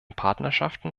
partnerschaften